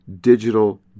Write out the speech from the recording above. digital